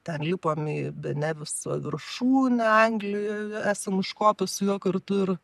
ten lipom į ben neviso viršūnę anglijoj esam užkopę su juo kartu ir